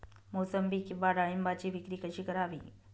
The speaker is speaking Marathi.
मोसंबी किंवा डाळिंबाची विक्री कशी करावी?